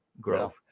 growth